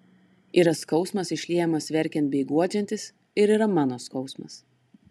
yra skausmas išliejamas verkiant bei guodžiantis ir yra mano skausmas